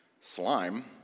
slime